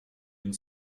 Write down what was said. une